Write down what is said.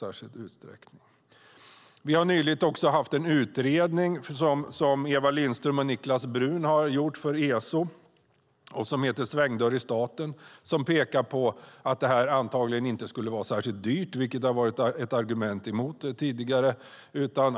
En utredning som Eva Lindström och Niklas Bruun har genomfört för ESO och som heter Svängdörr i staten pekar på att detta antagligen inte skulle vara särskilt dyrt, vilket tidigare har varit ett argument emot detta.